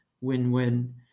win-win